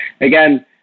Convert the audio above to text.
again